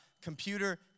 computer